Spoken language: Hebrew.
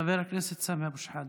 חבר הכנסת סמי אבו שחאדה.